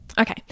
Okay